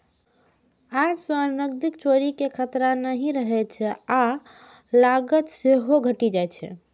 अय सं नकदीक चोरी के खतरा नहि रहै छै आ लागत सेहो घटि जाइ छै